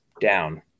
down